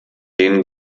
den